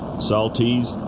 saltese,